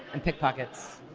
and pickpockets,